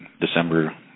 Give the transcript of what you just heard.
December